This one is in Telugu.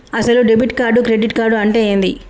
అసలు డెబిట్ కార్డు క్రెడిట్ కార్డు అంటే ఏంది?